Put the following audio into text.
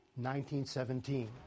1917